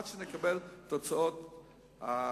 עד שנקבל את תוצאות הבדיקה.